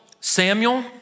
Samuel